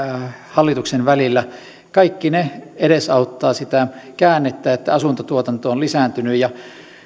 hallituksen välillä kaikki ne edesauttavat sitä käännettä että asuntotuotanto on lisääntynyt ja